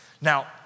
Now